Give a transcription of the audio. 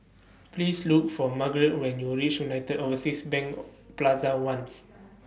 Please Look For Margret when YOU REACH United Overseas Bank Plaza Ones